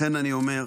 לכן אני אומר,